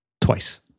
Twice